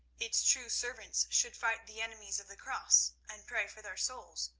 its true servants should fight the enemies of the cross and pray for their souls,